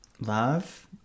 Love